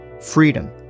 freedom